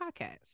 Podcast